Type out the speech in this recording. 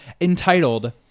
Entitled